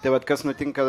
tai vat kas nutinka